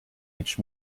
each